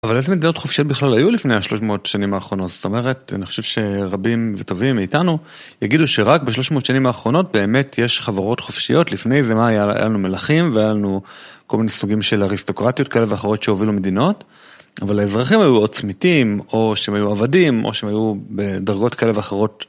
אבל איזה מדינות חופשיות בכלל היו לפני 300 שנים האחרונות? זאת אומרת, אני חושב שרבים וטובים מאיתנו יגידו שרק ב-300 שנים האחרונות באמת יש חברות חופשיות לפני זמן היה לנו מלכים והיה לנו כל מיני סוגים של אריסטוקרטיות כאלה ואחרות שהובילו מדינות אבל האזרחים היו או צמיתים או שהם היו עבדים או שהם היו בדרגות כאלה ואחרות